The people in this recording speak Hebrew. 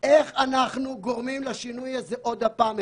איך אנחנו גורמים לשינוי הזה עוד הפעם?